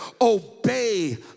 obey